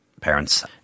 parents